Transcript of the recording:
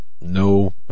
no